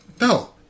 No